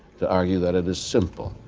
to argue that it is simple,